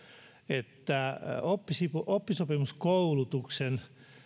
että oppisopimuskoulutuksen